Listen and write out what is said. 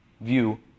view